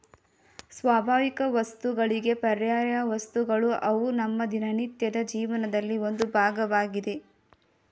ಸ್ವಾಭಾವಿಕವಸ್ತುಗಳಿಗೆ ಪರ್ಯಾಯವಸ್ತುಗಳು ಅವು ನಮ್ಮ ದಿನನಿತ್ಯದ ಜೀವನದಲ್ಲಿ ಒಂದು ಭಾಗವಾಗಿದೆ